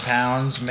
pounds